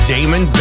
Damon